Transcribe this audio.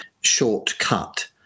shortcut